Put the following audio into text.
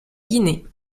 guinée